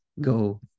go